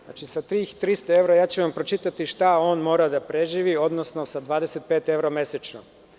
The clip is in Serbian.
Znači, sa tih 300 evra ja ću vam pročitati šta on mora da preživi, odnosno sa 25 evra mesečno.